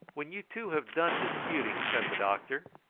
when you two have done disputing, said the doctor,